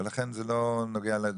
ולכן זה לא נוגע לדיון.